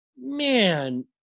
man